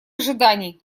ожиданий